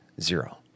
zero